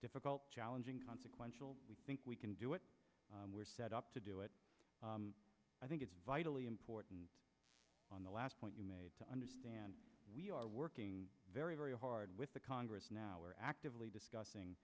difficult challenging consequential we think we can do it we're set up to do it i think it's vitally important on the last point you made to understand we are working very very hard with the congress now we're actively discussing